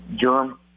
germ